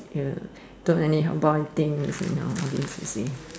don't anyhow buy thing you see now now all this you see